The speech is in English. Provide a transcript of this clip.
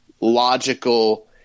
logical –